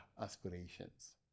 aspirations